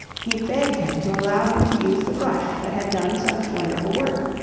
he begged him to allow him to use the brush that had done such wonderful work.